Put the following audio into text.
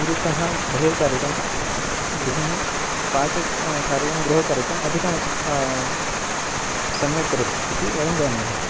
पुरुषः बहिर् कार्यक्रमं गृहिणी पाकं कार्यक्रमं गृहकार्यक्रमम् अधिकं सम्यक् करोति इति वयं जानीमः